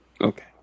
Okay